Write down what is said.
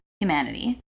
humanity